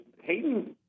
Hayden